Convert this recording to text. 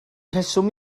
rheswm